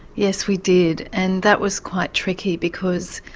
yes, we did, and that was quite tricky because,